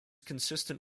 consistent